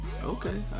okay